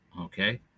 Okay